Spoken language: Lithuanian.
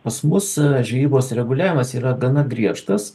pas mus varžybos reguliavimas yra gana griežtas